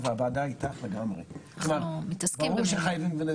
בימים הקרובים אנחנו נפיץ את חוזר המנכ"ל